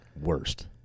Worst